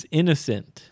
innocent